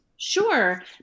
Sure